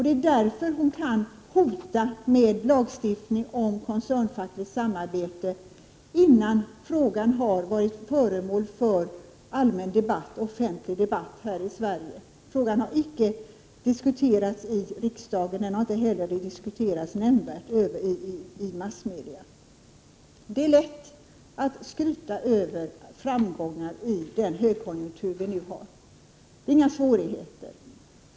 — Det är därför hon kan hota med lagstiftning om koncern-fackligt samarbete innan frågan varit föremål för allmän debatt här i Sverige. Frågan har inte diskuterats i riksdagen, inte heller nämnvärt i massmedia. Det är lätt att skryta över framgångar i den högkonjunktur vi nu har. Det är inga svårigheter.